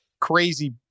crazy –